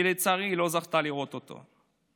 שלצערי היא לא זכתה לראות אותו.